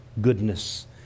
goodness